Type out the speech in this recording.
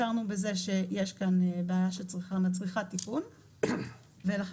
הכרנו בזה שיש כאן בעיה שמצריכה תיקון ולכן